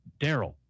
Daryl